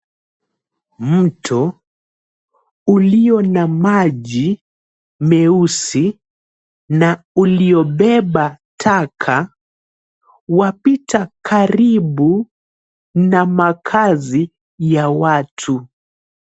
Mto ulio na maji meusi na uliobebaba taka wapita karibu na makazi ya watu.